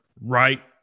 right